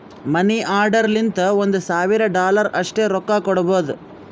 ಮನಿ order ಲಿಂತ ಒಂದ್ ಸಾವಿರ ಡಾಲರ್ ಅಷ್ಟೇ ರೊಕ್ಕಾ ಕೊಡ್ಬೋದ